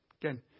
Again